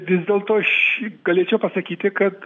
vis dėlto šį galėčiau pasakyti kad